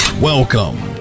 Welcome